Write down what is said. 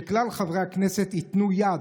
שכלל חברי הכנסת ייתנו יד,